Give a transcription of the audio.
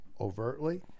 overtly